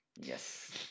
Yes